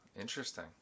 Interesting